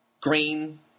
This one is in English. green